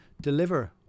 deliver